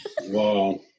Wow